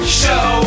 show